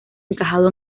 encajado